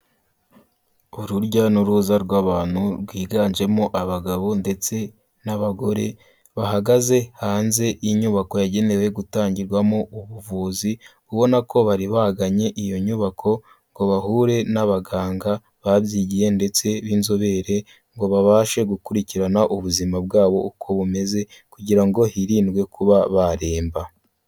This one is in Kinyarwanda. Urujya n'uruza rw'abantu rwiganjemo abagabo ndetse n'abagore, bahagaze hanze y'inyubako yagenewe gutangirwamo ubuvuzi, ubona ko bari bagannye iyo nyubako ngo bahure n'abaganga babyigiye ndetse b'inzobere ngo babashe gukurikirana ubuzima bwabo uko bumeze kugira ngo hirindwe kuba baremba.